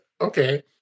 Okay